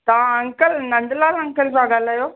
तहां uncle Nandlal uncle था ॻाल्हायो